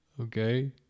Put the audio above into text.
Okay